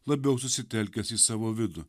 labiau susitelkęs į savo vidų